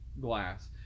glass